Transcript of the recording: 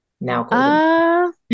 now